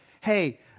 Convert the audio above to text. hey